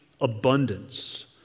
abundance